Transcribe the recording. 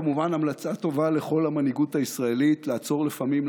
זו כמובן המלצה טובה לכל המנהיגות הישראלית לעצור לפעמים,